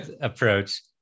approach